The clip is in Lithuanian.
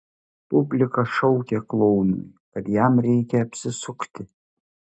publika šaukė klounui kad jam reikia apsisukti